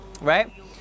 Right